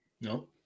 No